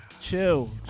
Chill